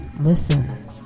listen